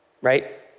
right